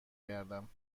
گردم